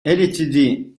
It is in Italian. ltd